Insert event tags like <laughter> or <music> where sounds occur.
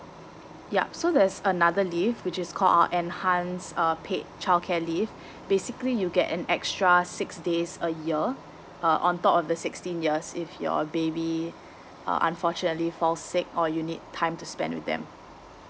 yup so there's another leave which is called enhance uh paid childcare leave <breath> basically you get an extra six days a year uh on top of the sixteen years if your baby <breath> uh unfortunately fall sick or you need time to spend with them